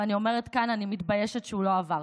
ואני אומרת כאן: אני מתביישת שהוא לא עבר.